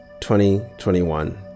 2021